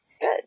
Good